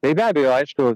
tai be abejo aišku